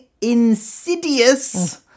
insidious